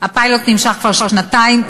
הפיילוט נמשך כבר שנתיים.